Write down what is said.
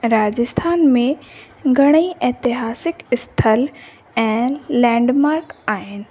राजस्थान में घणेई एतिहासिक स्थल ऐं लैंडमार्क आहिनि